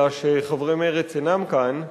אלא שחברי מרצ אינם כאן,